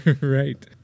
Right